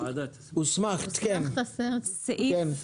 הוסמכת, כן.